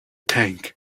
tank